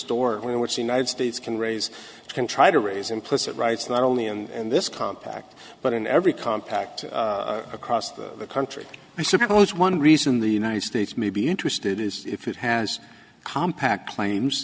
store in which the united states can raise can try to raise implicit rights not only and this compact but in every compact across the country i suppose one reason the united states may be interested is if it has compact claims